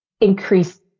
increase